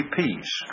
peace